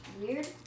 Weird